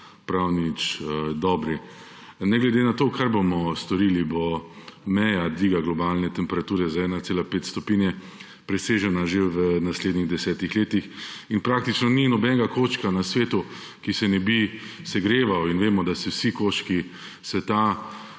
prav nič dobri. Ne glede na to, kar bomo storili, bo meja dviga globalne temperature za 1,5 stopinje Celzija presežena že v naslednjih desetih letih in praktično ni nobenega koščka na svetu, ki se ne bi segreval. In vemo, da se vsi koščki sveta